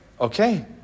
Okay